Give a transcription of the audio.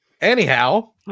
anyhow